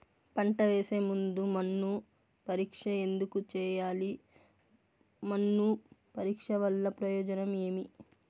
పంట వేసే ముందు మన్ను పరీక్ష ఎందుకు చేయాలి? మన్ను పరీక్ష వల్ల ప్రయోజనం ఏమి?